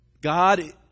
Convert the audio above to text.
God